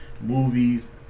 movies